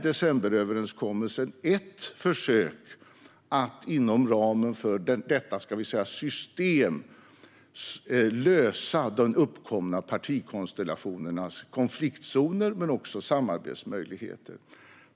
Decemberöverenskommelsen är ett försök att inom ramen för detta system både lösa de uppkomna partikonstellationernas konfliktzoner och skapa samarbetsmöjligheter.